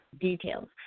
Details